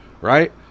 right